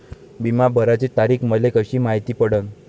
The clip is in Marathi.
बिमा भराची तारीख मले कशी मायती पडन?